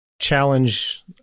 challenge